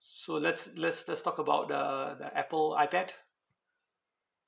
so let's let's let's talk about the the apple ipad